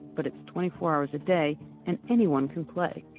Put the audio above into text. but it's twenty four hours a day and anyone can play.